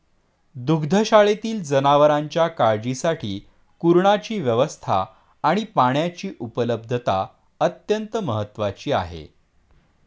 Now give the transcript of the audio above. दुग्धशाळेतील जनावरांच्या काळजीसाठी कुरणाची व्यवस्था आणि पाण्याची उपलब्धता अत्यंत महत्त्वाची आहे